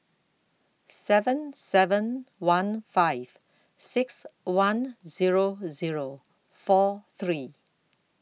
seven seven one five six one Zero Zero four three